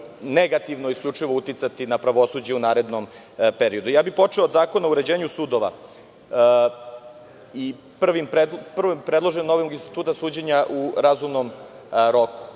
negativno isključivo uticati na pravosuđe u narednom periodu. Počeo bih od Zakona o uređenju sudova i prvo je predložen novi institut suđenja u razumnom roku.